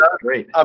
Great